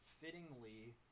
fittingly